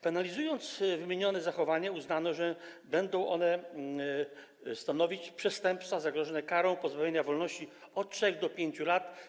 Penalizując wymienione zachowania, uznano, że będą one stanowić przestępstwa zagrożone karą pozbawienia wolności od 3 do 5 lat.